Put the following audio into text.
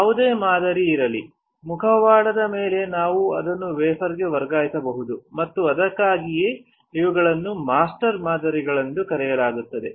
ಯಾವುದೇ ಮಾದರಿ ಇರಲಿ ಮುಖವಾಡದ ಮೇಲೆ ನಾವು ಅದನ್ನು ವೇಫರ್ಗೆ ವರ್ಗಾಯಿಸಬಹುದು ಮತ್ತು ಅದಕ್ಕಾಗಿಯೇ ಇವುಗಳನ್ನು ಮಾಸ್ಟರ್ ಮಾದರಿಗಳು ಎಂದು ಕರೆಯಲಾಗುತ್ತದೆ